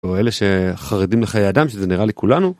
או אלה שחרדים לחיי אדם, שזה נראה לי כולנו.